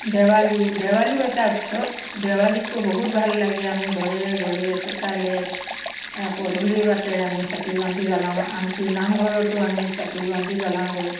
দেৱালী দেৱালীও এটা উৎসৱ দেৱালীততো বহুত ভাল লাগে আমি ঘৰে ঘৰে চোতালে পদূলি বাটেৰে আমি চাকি বন্তি জ্বলাওঁ আনকি নামঘৰতো আমি চাকি বন্তি জ্বলাওঁগৈ